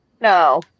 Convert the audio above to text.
No